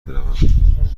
بروم